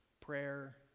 prayer